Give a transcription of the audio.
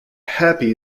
happy